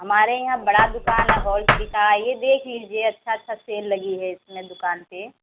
हमारे यहाँ बड़ा दुकान है होल सेल का आइए देख लीजिए अच्छा अच्छा सेल लगी है इस समय दुकान पर